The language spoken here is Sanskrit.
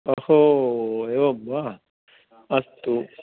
अहो एवं वा अस्तु